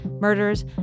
murders